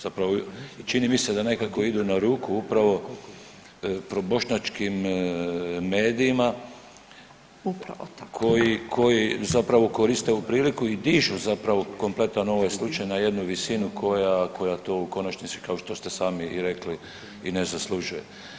Zapravo čini mi se da nekako ide na ruku upravo probošnjačkim medijima [[Upadica: Upravo tako.]] koji, koji zapravo koriste ovu priliku i dižu zapravo kompletan ovaj slučaj na jednu visinu koja, koja to u konačnici kao što ste sami i rekli i ne zaslužuje.